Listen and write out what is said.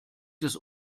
des